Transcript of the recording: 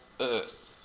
earth